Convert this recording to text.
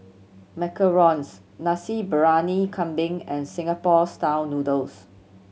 macarons Nasi Briyani Kambing and Singapore Style Noodles